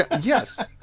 Yes